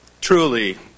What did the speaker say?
truly